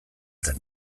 zen